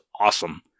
awesome